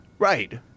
Right